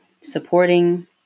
supporting